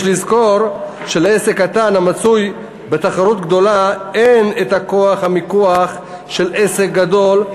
יש לזכור שלעסק קטן המצוי בתחרות גדולה אין את כוח המיקוח של עסק גדול,